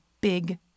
big